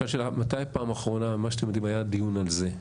מתי פעם אחרונה היה דיון על זה?